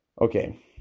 okay